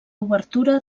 obertura